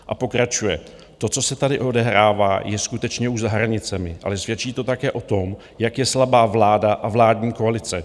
A pokračuje: To, co se tady odehrává, je skutečně už za hranicemi, ale svědčí to také o tom, jak je slabá vláda a vládní koalice.